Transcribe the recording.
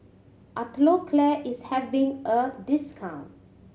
Atopiclair is having a discount